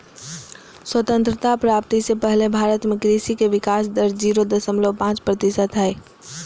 स्वतंत्रता प्राप्ति से पहले भारत में कृषि के विकाश दर जीरो दशमलव पांच प्रतिशत हई